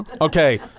Okay